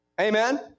Amen